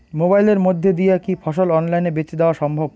মোবাইলের মইধ্যে দিয়া কি ফসল অনলাইনে বেঁচে দেওয়া সম্ভব?